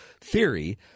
theory